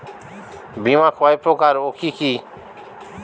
বীমা কয় প্রকার কি কি?